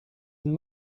and